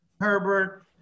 Herbert